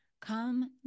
Come